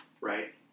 right